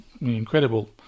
incredible